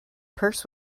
purse